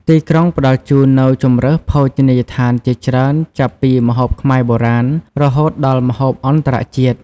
ទីក្រុងផ្ដល់ជូននូវជម្រើសភោជនីយដ្ឋានជាច្រើនចាប់ពីម្ហូបខ្មែរបុរាណ រហូតដល់ម្ហូបអន្តរជាតិ ។